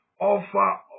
Offer